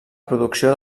producció